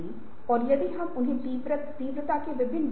लोगों को डर था कि उनकी नौकरियों को खत्म कर दिया जाएगा